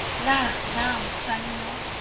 la, now! samuel,